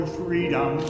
freedom